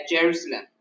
Jerusalem